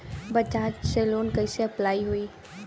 बजाज से लोन कईसे अप्लाई होई?